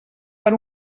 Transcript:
per